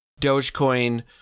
Dogecoin